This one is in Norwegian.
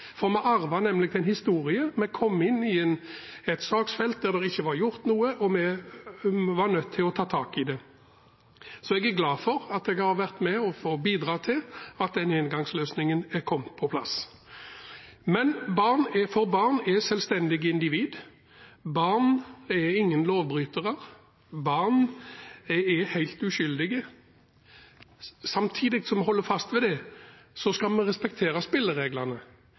historie. Vi kom inn i et saksfelt der det ikke var gjort noe, og vi var nødt til å ta tak i det. Så jeg er glad for at jeg har vært med å bidra til at den éngangsløsningen er kommet på plass – for barn er selvstendige individer, barn er ingen lovbrytere, barn er helt uskyldige. Samtidig som vi holder fast ved det, skal vi respektere spillereglene – ja – og avslag skal